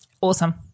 Awesome